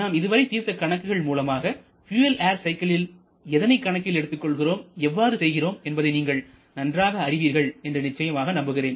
நாம் இதுவரை தீர்த்த கணக்குகள் மூலமாக பியூயல் ஏர் சைக்கிள்களில் எதனைக் கணக்கில் எடுத்துக் கொள்கிறோம் எவ்வாறு செய்கிறோம் என்பதை நீங்கள் நன்றாக அறிவீர்கள் என்று நிச்சயமாக நம்புகிறேன்